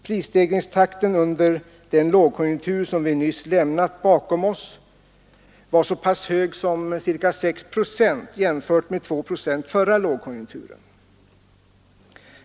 Prisstegringstakten under den lågkonjunktur som vi nyss lämnat bakom oss var så pass hög som ca 6 procent jämfört med 2 procent förra lågkonjunkturen.